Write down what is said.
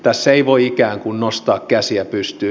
tässä ei voi ikään kuin nostaa käsiä pystyyn